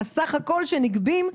סך הכול שנגבים?